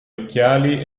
occhiali